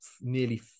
nearly